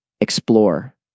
Explore